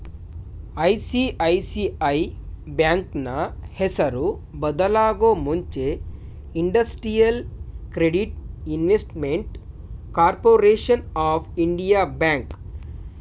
ICICI ಬ್ಯಾಂಕ್ನ ಹೆಸರು ಬದಲಾಗೂ ಮುಂಚೆ industrial credit investment corporation of India bank